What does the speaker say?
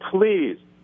please